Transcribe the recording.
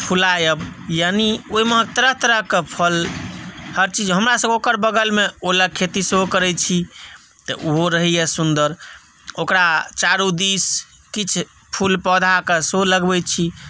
फुलायब यानि ओहिमे तरह तरहक फल हर चीज हमरासभ ओकर बगलमे ओलक खेती सेहो करै छी तऽ ओहो रहैया सुन्दर ओकरा चारू दिस किछु फूल पौधाक सेहो लगबै छी